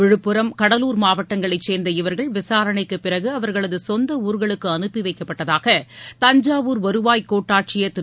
விழுப்புரம் மாவட்டங்களைச் சேர்ந்த இவர்கள் கடலார் விசாரணைக்குப்பிறகுஅவர்களதுகொந்தஊர்களுக்குஅனுப்பிவைக்கப்பட்டதாக தஞ்சாவூர் வருவாய் கோட்டாட்சியர் திரு